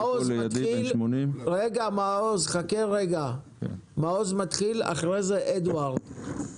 מעוז מתחיל, אחרי זה אדוארד.